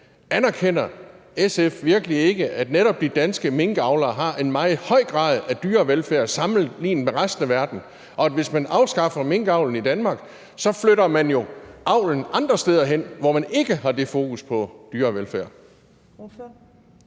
anerkender SF virkelig så ikke, at netop de danske minkavlere har en meget høj grad af dyrevelfærd sammenlignet med resten af verden, og at man jo, hvis man afskaffer minkavlen i Danmark, så flytter avlen andre steder hen, hvor de ikke har det fokus på dyrevelfærd?